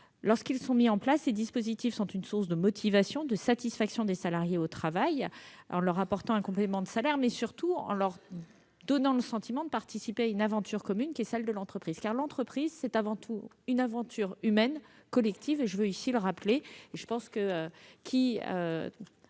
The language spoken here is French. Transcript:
Lorsqu'ils sont mis en place, ces dispositifs sont une source de motivation, de satisfaction pour les salariés au travail, en leur apportant un complément de salaire, mais surtout en leur donnant le sentiment de participer à une aventure commune, car l'entreprise est avant tout une aventure humaine collective. Ceux qui rencontrent des